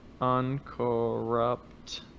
uncorrupt